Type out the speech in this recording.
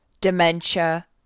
dementia